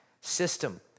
system